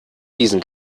diesen